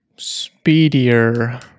speedier